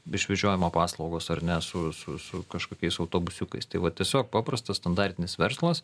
išvežiojimo paslaugos ar ne su su su kažkokiais autobusiukais tai va tiesiog paprastas standartinis verslas